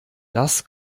das